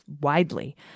widely